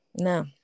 No